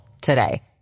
today